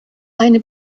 eine